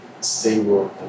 stable